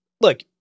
Look